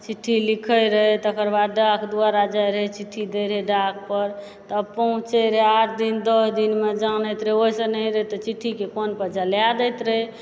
चिठ्ठी लिखै रहै तकरबाद डाक द्वारा जाइ रहै चिठ्ठी दै रहै डाक पर तब पहुँचै रहै आठ दिन दश दिनमे जानैत रहै ओहिसँ नहि हेतै तऽ चिठ्ठीके फोन पर जला दैत रहए